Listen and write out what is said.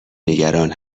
نگران